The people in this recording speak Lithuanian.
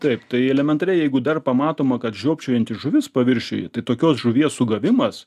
taip tai elementariai jeigu dar pamatoma kad žiopčiojanti žuvis paviršiuje tai tokios žuvies sugavimas